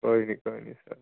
ਕੋਈ ਨਹੀਂ ਕੋਈ ਨਹੀਂ ਸਰ